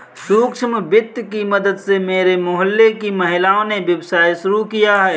सूक्ष्म वित्त की मदद से मेरे मोहल्ले की महिलाओं ने व्यवसाय शुरू किया है